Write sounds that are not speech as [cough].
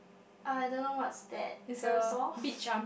I don't know what's that parasol [laughs]